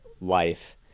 life